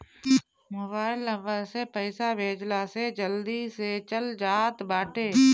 mobile number से पईसा भेजला से जल्दी से चल जात बाटे